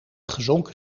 gezonken